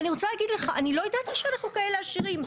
אני לא ידעתי שאנחנו כאלה עשירים,